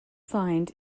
signed